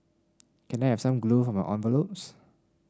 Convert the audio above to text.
can I have some glue for my envelopes